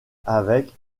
avec